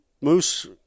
moose